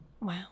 Wow